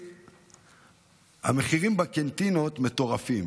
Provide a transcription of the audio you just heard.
המחירים בקנטינות מטורפים.